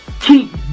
keep